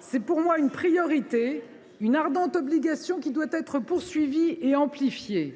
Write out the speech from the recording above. s’agit pour moi d’une priorité, d’une ardente obligation, qui doit être poursuivie et amplifiée :